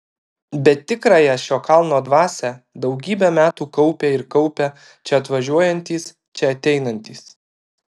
bet tikrąją šio kalno dvasią daugybę metų kaupė ir kaupia čia atvažiuojantys čia ateinantys